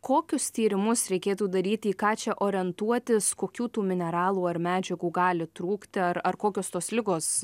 kokius tyrimus reikėtų daryti į ką čia orientuotis kokių tų mineralų ar medžiagų gali trūkti ar ar kokios tos ligos